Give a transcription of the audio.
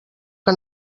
que